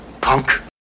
punk